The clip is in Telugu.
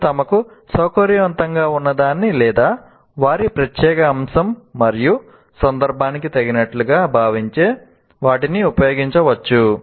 వారు తమకు సౌకర్యవంతంగా ఉన్నదాన్ని లేదా వారి ప్రత్యేక అంశం మరియు సందర్భానికి తగినట్లుగా భావించే వాటిని ఉపయోగించవచ్చు